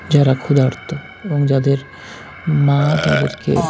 যারা ক্ষুধার্ত এবং যাদের মা তাদেরকে